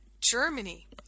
Germany